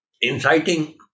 inciting